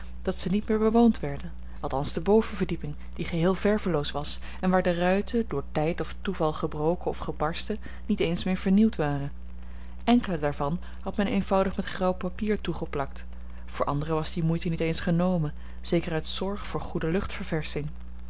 dat ze niet meer bewoond werden althans de bovenverdieping die geheel verveloos was en waar de ruiten door tijd of toeval gebroken of gebarsten niet eens meer vernieuwd waren enkelen daarvan had men eenvoudig met grauw papier toegeplakt voor anderen was die moeite niet eens genomen zeker uit zorg voor